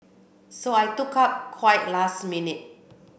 so I took up quite last minute